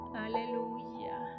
hallelujah